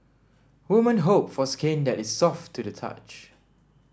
woman hope for skin that is soft to the touch